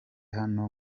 hano